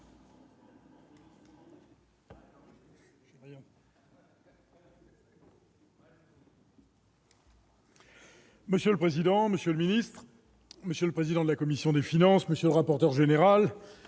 Monsieur le président, monsieur le ministre, monsieur le président de la commission des finances, monsieur le rapporteur général,